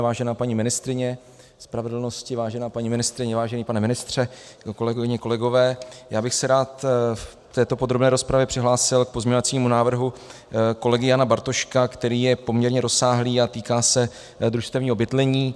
Vážená paní ministryně spravedlnosti, vážená paní ministryně, vážený pane ministře, kolegyně, kolegové, já bych se rád v této podrobné rozpravě přihlásil k pozměňovacímu návrhu kolegy Jana Bartoška, který je poměrně rozsáhlý a týká se družstevního bydlení.